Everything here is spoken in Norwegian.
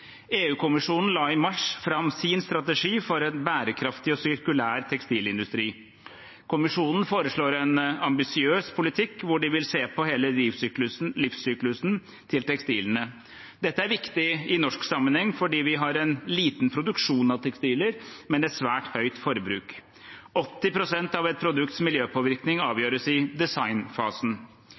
la i mars fram sin strategi for en bærekraftig og sirkulær tekstilindustri. Kommisjonen foreslår en ambisiøs politikk hvor de vil se på hele livssyklusen til tekstilene. Dette er viktig i norsk sammenheng fordi vi har en liten produksjon av tekstiler, men et svært høyt forbruk. 80 pst. av et produkts miljøpåvirkning avgjøres i designfasen.